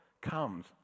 comes